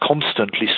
constantly